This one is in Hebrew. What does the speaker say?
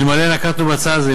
אלמלא נקטנו את הצעד הזה,